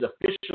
officially